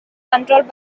controlled